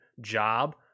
job